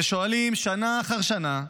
ושואלים שנה אחר שנה: